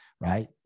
right